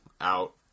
out